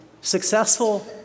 Successful